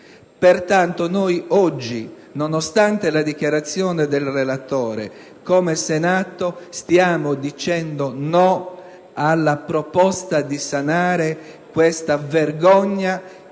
Pertanto oggi, nonostante la dichiarazione del relatore, come Senato stiamo dicendo no alla proposta di sanare questa vergogna: